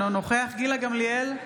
אינו נוכח גילה גמליאל,